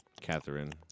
Catherine